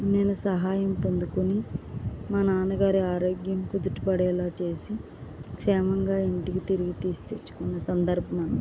నేను సహాయం పొందుకుని మా నాన్నగారి ఆరోగ్యం కుదుటపడేలాగా చేసి క్షేమంగా ఇంటికి తిరిగి తీసి తెచ్చుకున్న సందర్భం అది